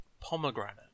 pomegranate